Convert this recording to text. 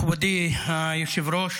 מכובדי היושב-ראש,